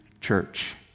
church